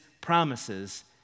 promises